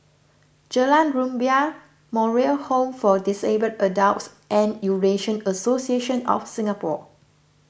Jalan Rumbia Moral Home for Disabled Adults and Eurasian Association of Singapore